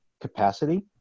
capacity